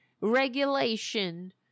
regulation